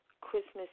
Christmas